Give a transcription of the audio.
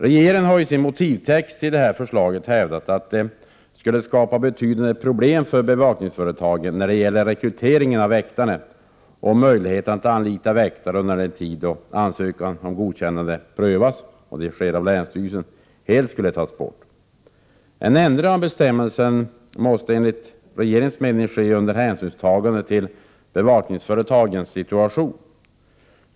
Regeringen har i sin motivtext till detta förslag hävdat att det skulle skapa betydande problem för bevakningsföretagen när det gäller rekryteringen av väktare om möjligheten att anlita väktare under den tid då ansökan om godkännande prövas, vilket görs av länsstyrelsen, helt skulle tas bort. En ändring av bestämmelsen måste, enligt regeringens mening, ske under hänsynstagande till bevakningsföretagens situation.